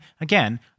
again